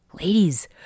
Ladies